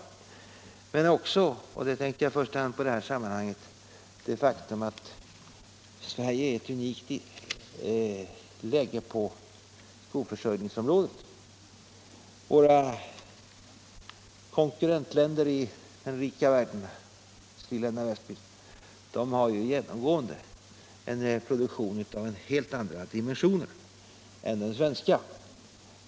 Men det är också fråga om, och det tänker jag på i första hand i det här sammanhanget, att Sverige är i ett unikt läge på skoförsörjningsområdet. Våra konkurrentländer i den rika världen har genomgående en produktion av helt andra dimensioner än den svenska.